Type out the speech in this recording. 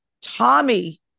Tommy